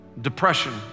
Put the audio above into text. Depression